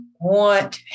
Want